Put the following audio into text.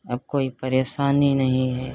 अब कोई परेशानी नहीं है